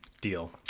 Deal